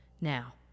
Now